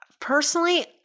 personally